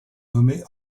nommée